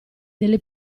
delle